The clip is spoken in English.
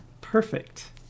Perfect